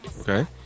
Okay